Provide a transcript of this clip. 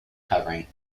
covering